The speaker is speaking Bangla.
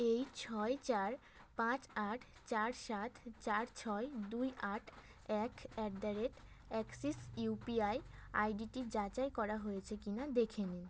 এই ছয় চার পাঁচ আট চার সাত চার ছয় দুই আট এক at the rate Axis UPI আইডিটি যাচাই করা হয়েছে কি না দেখে নিন